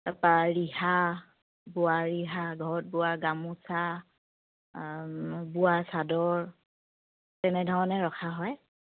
তাপা ৰিহা বোৱা ৰিহা ঘৰত বোৱা গামোচা বোৱা চাদৰ তেনেধৰণে ৰখা হয়